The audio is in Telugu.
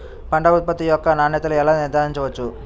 పంట ఉత్పత్తి యొక్క నాణ్యతను ఎలా నిర్ధారించవచ్చు?